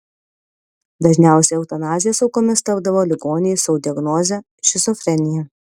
dažniausiai eutanazijos aukomis tapdavo ligoniai su diagnoze šizofrenija